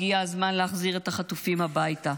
הגיע הזמן להחזיר את החטופים הביתה,